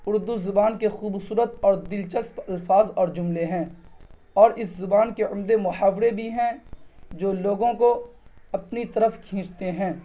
اردو زبان کے خوبصورت اور دلچسپ الفاظ اور جملے ہیں اور اس زبان کے عمدے محاورے بھی ہیں جو لوگوں کو اپنی طرف کھینچتے ہیں